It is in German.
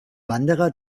wanderer